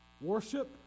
Worship